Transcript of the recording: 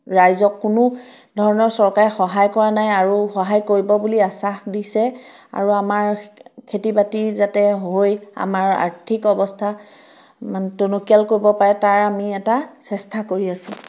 ৰাইজক কোনো ধৰণৰ চৰকাৰী সহায় কৰা নাই আৰু সহায় কৰিব বুলি আশ্বাস দিছে আৰু আমাৰ খেতি বাতি যাতে হৈ আমাৰ আৰ্থিক অৱস্থা মানে টনকীয়াল কৰিব পাৰে তাৰ আমি এটা চেষ্টা কৰি আছোঁ